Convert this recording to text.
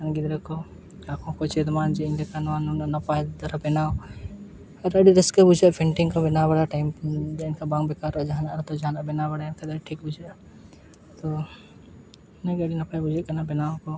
ᱜᱤᱫᱽᱨᱟᱹ ᱠᱚ ᱟᱠᱚ ᱦᱚᱸᱠᱚ ᱪᱮᱫᱢᱟ ᱡᱮ ᱤᱧᱞᱮᱠᱟ ᱱᱚᱣᱟ ᱱᱩᱱᱟᱹᱜ ᱱᱟᱯᱟᱭ ᱪᱤᱛᱟᱹᱨ ᱵᱮᱱᱟᱣ ᱟᱨ ᱟᱹᱰᱤ ᱨᱟᱹᱥᱠᱟᱹ ᱵᱩᱡᱷᱟᱹᱜᱼᱟ ᱯᱮᱱᱴᱤᱝ ᱠᱚ ᱵᱮᱱᱟᱣ ᱵᱟᱲᱟ ᱴᱟᱭᱤᱢ ᱮᱱᱠᱷᱟᱱ ᱵᱟᱝ ᱵᱮᱠᱟᱨᱚᱜᱼᱟ ᱡᱟᱦᱟᱱᱟᱜ ᱨᱮᱛᱚ ᱡᱟᱦᱟᱱᱟᱜ ᱵᱮᱱᱟᱣ ᱵᱟᱲᱟᱭᱟ ᱮᱱᱠᱷᱟᱱ ᱴᱷᱤᱠ ᱵᱩᱡᱷᱟᱹᱜᱼᱟ ᱛᱚ ᱤᱱᱟᱹᱜᱮ ᱟᱹᱰᱤ ᱱᱟᱯᱟᱭ ᱵᱩᱡᱷᱟᱹᱜ ᱠᱟᱱᱟ ᱵᱮᱱᱟᱣ ᱠᱚ